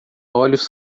olhos